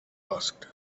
asked